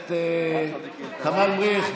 הכנסת כמאל מריח'.